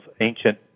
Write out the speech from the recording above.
ancient